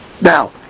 Now